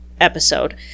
episode